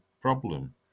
problem